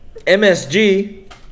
MSG